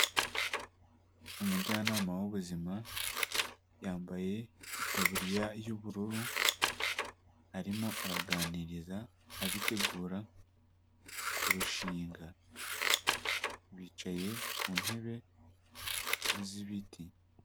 Umujyanama w'ubuzima yambaye itaburiya y'ubururu, arimo araganiriza abitegura kurushinga bicaye ku ntebe z'ibiti.